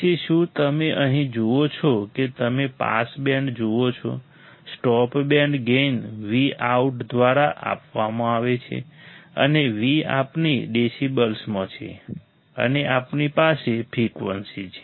પછી શું તમે અહીં જુઓ છો કે તમે પાસ બેન્ડ જુઓ છો stop band gain V out દ્વારા આપવામાં આવે છે અને V આપણી પાસે ડેસિબલ્સમાં છે અને આપણી પાસે ફ્રીક્વન્સી છે